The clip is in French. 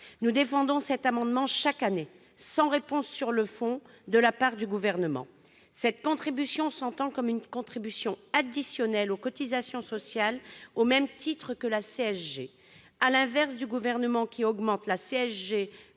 Nous défendons cet amendement chaque année, sans obtenir de réponse sur le fond de la part du Gouvernement. Il s'agirait d'une contribution additionnelle aux cotisations sociales, au même titre que la CSG. À l'inverse du Gouvernement, qui augmente la CSG